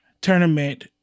tournament